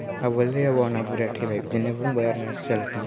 आबौलै आबौ आंना बुरैया थैबाय बिदि होनना बुंबाय आरो ना सियालखौ